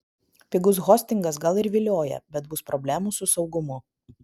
pigus hostingas gal ir vilioja bet bus problemų su saugumu